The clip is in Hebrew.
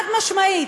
גם הליכוד.